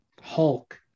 Hulk